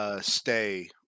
Stay